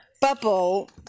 bubble